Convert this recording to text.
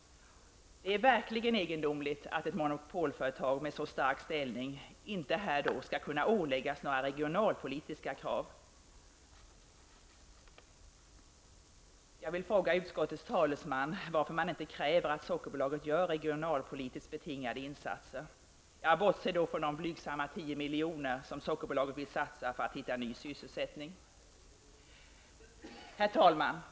Det är verkligen egendomligt att ett monopolföretag med så stark ställning inte skall åläggas några regionalpolitiska krav. Jag vill fråga utskottets talesman varför man inte kräver att Sockerbolaget gör regionalpolitiskt betingade insatser. Jag bortser då från de blygsamma 10 milj.kr. som Sockerbolaget vill satsa för att hitta ny sysselsättning. Herr talman!